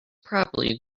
probably